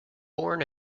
born